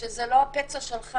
כשזה לא הפצע שלך